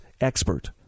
expert